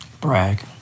Brag